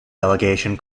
delegation